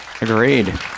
Agreed